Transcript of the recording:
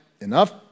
enough